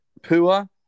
Pua